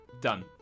Done